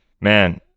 Man